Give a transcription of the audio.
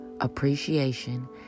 appreciation